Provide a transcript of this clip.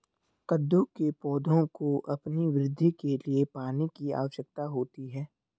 कद्दू के पौधों को अपनी वृद्धि के लिए पानी की आवश्यकता होती है